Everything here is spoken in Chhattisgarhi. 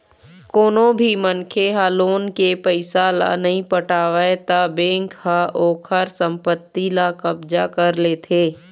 कोनो भी मनखे ह लोन के पइसा ल नइ पटावय त बेंक ह ओखर संपत्ति ल कब्जा कर लेथे